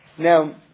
Now